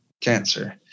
cancer